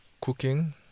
cooking